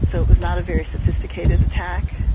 so it was not a very sophisticated attack.